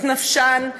את נפשן,